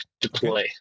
deploy